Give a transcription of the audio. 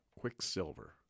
Quicksilver